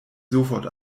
sofort